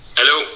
Hello